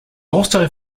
also